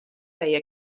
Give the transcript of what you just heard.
feia